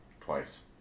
Twice